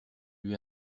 lui